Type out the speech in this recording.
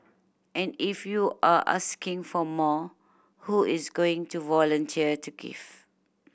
and if you are asking for more who is going to volunteer to give